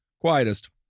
quietest